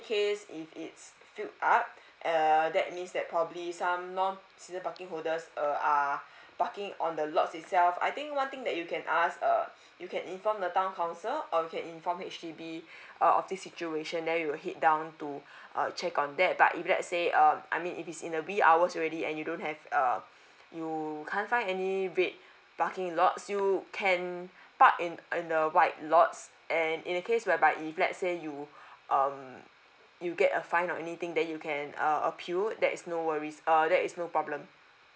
case if it's filled up err that means that probably some non season parking holders uh are parking on the lot itself I think one thing that you can ask err you can inform the town council or you can inform H_D_B uh of this situation then we will head down to uh check on that but if let's say um I mean if it's in a wee hours already and you don't have uh you can't find any red parking lots you can park in in a white lots and in a case whereby if let say you um you get a fine or anything then you can uh appeal that is no worries err that is no problem